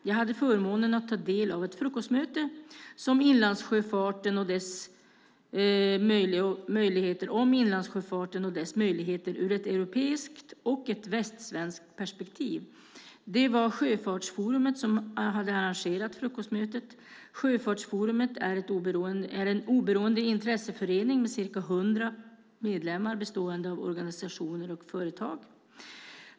Jag hade förmånen att ta del av ett frukostmöte om inlandssjöfarten och dess möjligheter ur ett europeiskt och ett västsvenskt perspektiv. Det var Sjöfartsforum som hade arrangerat frukostmötet. Sjöfartsforum är en oberoende intresseförening med ca 100 medlemmar bestående av organisationer och företag.